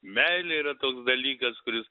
meilė yra toks dalykas kuris